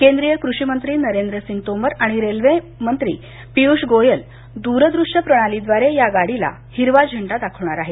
केंद्रीय कृषी मंत्री नरेंद्रसिंग तोमर आणि रेल्वे मंत्री पियुष गोयल दूरदृश्य प्रणालीद्वारे या गाडीला हिरवा झेंडा दाखवणार आहेत